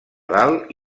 dalt